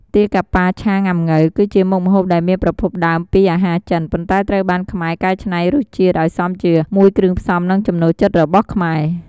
ទាកាប៉ាឆាង៉ាំង៉ូវ គឺជាមុខម្ហូបដែលមានប្រភពដើមពីអាហារចិន ប៉ុន្តែត្រូវបានខ្មែរកែច្នៃរសជាតិឱ្យសមជាមួយគ្រឿងផ្សំ និងចំណូលចិត្តរបស់ខ្មែរ។